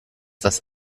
das